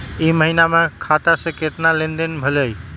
ई महीना में हमर खाता से केतना लेनदेन भेलइ?